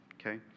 Okay